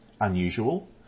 Unusual